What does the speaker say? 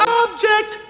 object